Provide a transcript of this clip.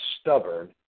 stubborn